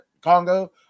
Congo